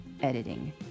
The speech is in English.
editing